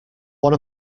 one